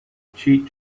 cheat